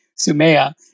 Sumeya